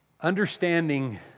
understanding